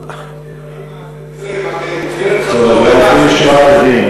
אז אולי לפנים משורת הדין